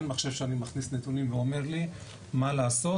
אין מחשב שאני מכניס נתונים שאומר לי מה לעשות